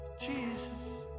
Jesus